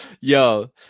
yo